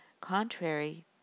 Contrary